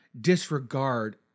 disregard